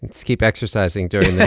and so keep exercising during the.